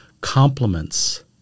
compliments